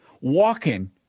walking